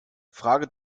frage